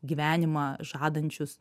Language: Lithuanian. gyvenimą žadančius